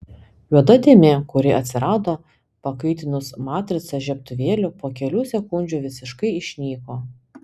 juoda dėmė kuri atsirado pakaitinus matricą žiebtuvėliu po kelių sekundžių visiškai išnyko